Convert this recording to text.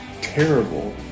terrible